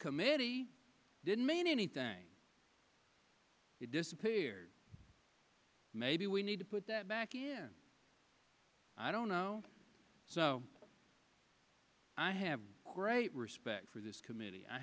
committee didn't mean anything it disappear maybe we need to put that back in i don't know so i have great respect for this committee i